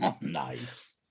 nice